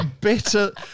bitter